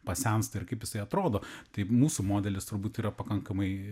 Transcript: pasensta ir kaip jisai atrodo tai mūsų modelis turbūt yra pakankamai